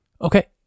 okay